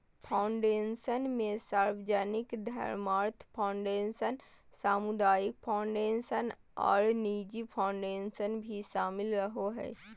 foundation मे सार्वजनिक धर्मार्थ फ़ाउंडेशन, सामुदायिक फ़ाउंडेशन आर निजी फ़ाउंडेशन भी शामिल रहो हय,